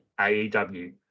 AEW